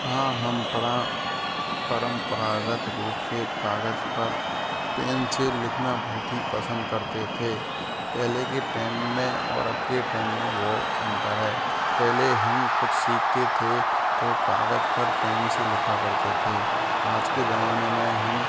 हाँ हम परा परम्परागत रूप से कागज़ पर पेन से लिखना बहुत ही पसंद करते थे पहले के टेम में और अब के टेम में बहुत अंतर है पहले हम कुछ सीखते थे तो कागज़ पर पेन से लिखा करते थे आज के ज़माने में हम